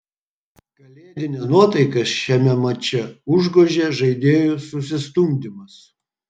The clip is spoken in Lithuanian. kalėdinę nuotaiką šiame mače užgožė žaidėjų susistumdymas